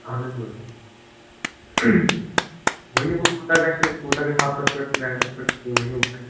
اَہَن حظ بہٕ ونہٕ تۅہہِ ؤنِو وۅنۍ کوٗتاہ گَژھِ کوٗتاہ گَژھِ ہَفتَس پٮ۪ٹھ ریٚنٹَس پٮ۪ٹھ تُہۍ ؤنِو وۅنۍ